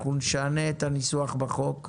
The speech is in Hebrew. אנחנו נשנה את הניסוח בחוק.